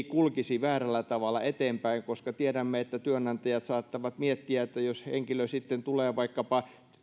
kulkisi väärällä tavalla eteenpäin koska tiedämme että työnantajat saattavat miettiä että jos henkilö tulee vaikkapa